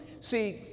See